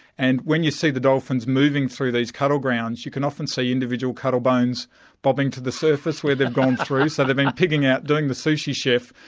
and when you see the dolphins moving through these cuttle grounds you can often see individual cuttle bones bobbing to the surface where they've gone through, so they've been pigging out, doing the sushi chef,